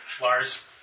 Lars